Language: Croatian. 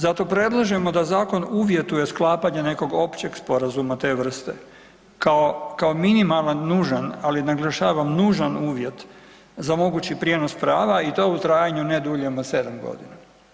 Zato predlažemo da zakon uvjetuje sklapanje nekog općeg sporazuma te vrste kao minimalan, nužan ali naglašavam nužan uvjet za mogući prijenos prava i to u trajanju ne duljem od 7 godina.